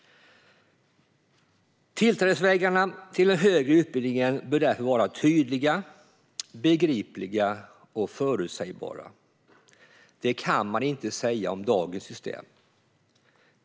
Tillträdesvägarna till den högre utbildningen bör därför vara tydliga, begripliga och förutsägbara. Detta kan man inte säga om dagens system.